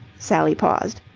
sally paused.